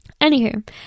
Anywho